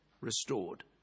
restored